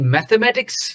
Mathematics